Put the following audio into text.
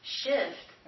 shift